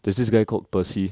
there's this guy called percy